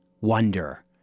wonder